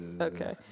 Okay